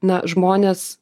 na žmonės